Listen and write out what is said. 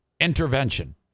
intervention